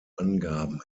angaben